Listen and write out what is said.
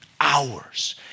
hours